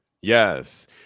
Yes